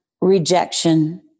rejection